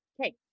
okay